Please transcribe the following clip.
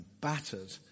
battered